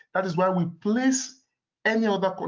that is why we place any other